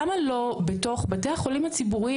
למה לא בתוך בתי החולים הציבוריים,